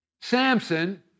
Samson